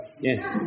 Yes